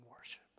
worship